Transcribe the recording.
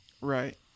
Right